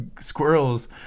Squirrels